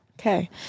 Okay